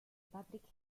patrick